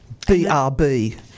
BRB